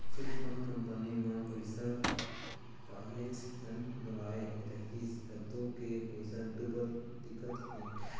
chit fund company म पइसा काहेच झन लगाय रिहिस सब्बो के पइसा डूबत दिखत हे